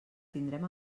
tindrem